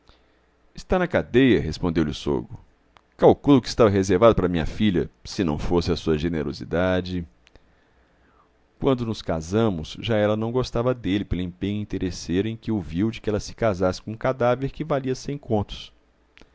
está na cadeia respondeu-lhe o sogro calculo o que estava reservado para minha filha se não fosse a sua generosidade quando nos casamos já ela não gostava dele pelo empenho interesseiro em que o viu de que ela se casasse com um cadáver que valia cem contos